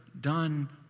done